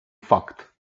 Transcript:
факт